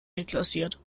deklassiert